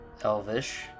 elvish